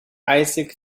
isaac